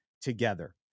together